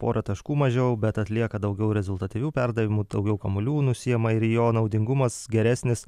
pora taškų mažiau bet atlieka daugiau rezultatyvių perdavimų daugiau kamuolių nusiima ir jo naudingumas geresnis